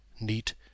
neat